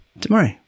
tomorrow